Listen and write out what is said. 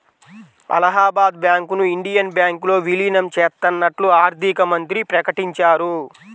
అలహాబాద్ బ్యాంకును ఇండియన్ బ్యాంకులో విలీనం చేత్తన్నట్లు ఆర్థికమంత్రి ప్రకటించారు